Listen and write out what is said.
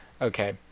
okay